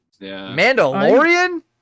Mandalorian